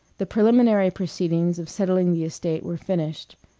the preliminary proceedings of settling the estate were finished.